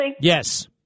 Yes